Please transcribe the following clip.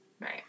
Right